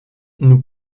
nous